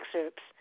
excerpts